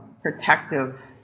protective